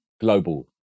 global